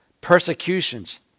persecutions